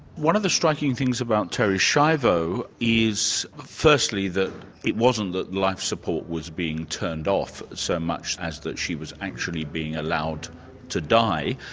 one of the striking things about terri schiavo is firstly, that it wasn't that life support was being turned off, so much as that she was actually being allowed to die,